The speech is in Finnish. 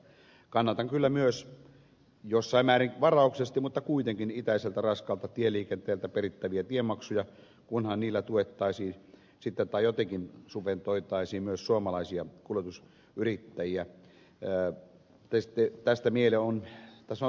kannatan kyllä myös jossain määrin varauksellisesti mutta kuitenkin itäiseltä raskaalta tieliikenteeltä perittäviä tiemaksuja kunhan niillä tuettaisiin sitten tai jotenkin subventoitaisiin myös suomalaisia kulutus yrittäjiä ja pystyy tästä mieli on kuljetusyrittäjiä